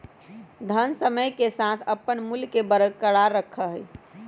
धन समय के साथ अपन मूल्य के बरकरार रखल जा हई